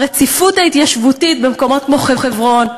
הרציפות ההתיישבותית במקומות כמו חברון,